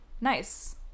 nice